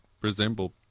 resemble